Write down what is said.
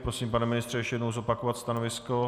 Prosím, pane ministře, ještě jednou zopakovat stanovisko.